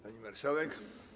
Pani Marszałek!